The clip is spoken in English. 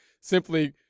simply